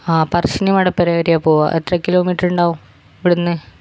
ആഹ് പറശ്ശിനി മടപ്പുര വരെ പോവാ എത്ര കിലോ മീറ്ററുണ്ടാകും